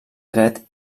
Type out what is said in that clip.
dret